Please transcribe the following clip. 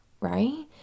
right